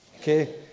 Okay